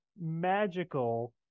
magical